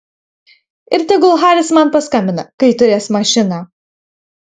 ir tegul haris man paskambina kai turės mašiną